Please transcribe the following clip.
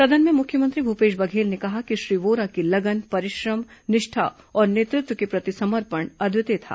सदन में मुख्यमंत्री भूपेश बघेल ने कहा कि श्री वोरा की लगन परिश्रम निष्ठा और नेतृत्व के प्रति समर्पण अद्वितीय था